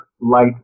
light